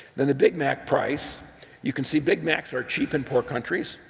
and the big mac pricing you can see big macs are cheap in poor country.